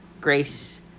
Grace